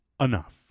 enough